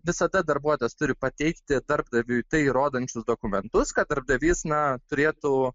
visada darbuotojas turi pateikti darbdaviui tai įrodančius dokumentus kad darbdavys na turėtų